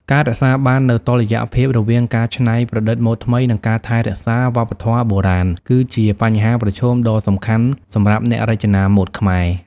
ការរក្សាបាននូវ តុល្យភាព រវាងការច្នៃប្រឌិតម៉ូដថ្មី និងការថែរក្សាវប្បធម៌បុរាណ គឺជាបញ្ហាប្រឈមដ៏សំខាន់សម្រាប់អ្នករចនាម៉ូដខ្មែរ។